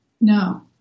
No